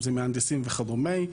אם זה מהנדסים וכדומה.